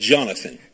Jonathan